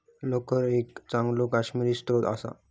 लोकर एक चांगलो काश्मिरी स्त्रोत असा